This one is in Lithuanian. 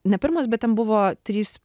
ne pirmos bet ten buvo trys